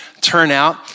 turnout